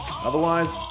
Otherwise